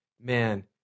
man